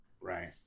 Right